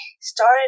started